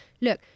look